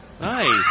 Nice